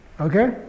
Okay